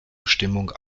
bestimmung